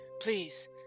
Please